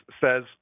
says